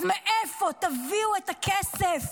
אז מאיפה תביאו את הכסף?